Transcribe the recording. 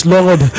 Lord